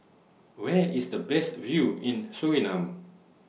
Where IS The Best View in Suriname